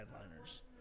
headliners